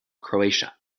croatia